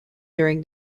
during